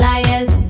Liars